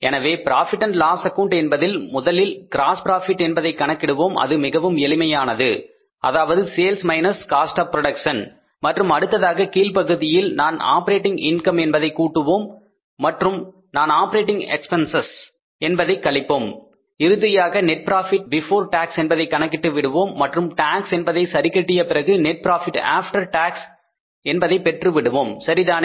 எனவே profit and loss account Profit Loss Account என்பதில் முதலில் கிராஸ் ப்ராபிட் என்பதை கணக்கிடுவோம் அது மிகவும் எளிமையானது அதாவது sales minus cost of production மற்றும் அடுத்ததாக கீழ்ப்பகுதியில் நான் ஆப்பரேட்டிங் இன்கம் என்பதை கூட்டுவோம் மற்றும் நான் ஆப்பரேட்டிங் எக்ஸ்பிரஸ் என்பதை கழிப்போம் இறுதியாக நெட் ப்ராபிட் பிபோர் டாக்ஸ் என்பதை கணக்கிட்டு விடுவோம் மற்றும் டாக்ஸ் என்பதை சரிகட்டிய பிறகு நெட் ப்ராபிட் ஆப்ப்டர் டாக்ஸ் என்பதை பெற்று விடுவோம் சரிதானே